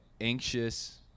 anxious